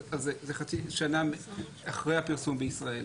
אז זה חצי שנה אחרי הפרסום בישראל.